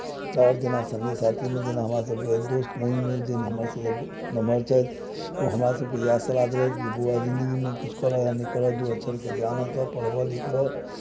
सभ जेना सङ्गी साथीमे जेना हमरासभके दोस्त महीममे एक दिन हमरसभक नमहर छथि ओ हमरासभके इएह सलाह देलथि जे बौआ जिन्दगीमे किछु करह आ नहि करह दू अक्षरके ज्ञान हेतह पढ़बह लिखबह